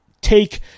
take